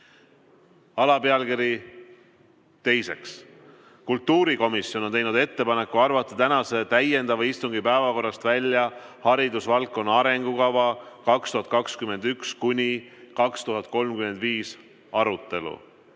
lugemine. Kultuurikomisjon on teinud ettepaneku arvata tänase täiendava istungi päevakorrast välja haridusvaldkonna arengukava 2021–2035 arutelu.